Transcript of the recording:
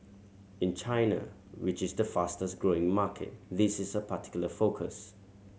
in China which is the fastest growing market this is a particular focus